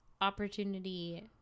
opportunity